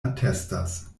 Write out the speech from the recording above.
atestas